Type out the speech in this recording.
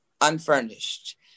unfurnished